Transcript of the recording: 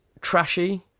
trashy